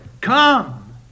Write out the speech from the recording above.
come